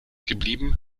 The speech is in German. geblieben